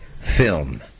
film